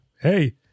hey